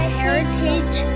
heritage